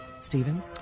Stephen